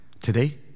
today